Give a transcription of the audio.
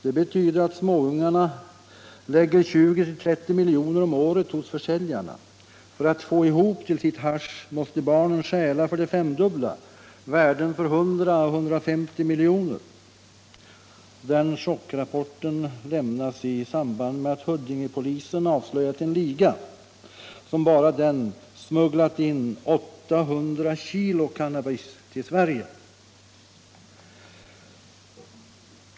Det betyder att småungarna lägger 20-30 milj.kr. om året hos försäljarna. För att få ihop till sitt hasch måste barnen stjäla för det femdubbla — värden för 100-150 milj.kr.” Den chockrapporten lämnas i samband med att Huddingepolisen avslöjar en liga, som bara den smugglat in 800 kg cannabis i Sverige.